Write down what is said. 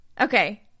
Okay